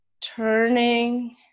turning